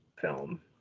film